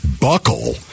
buckle